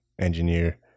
engineer